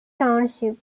township